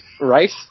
Right